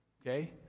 Okay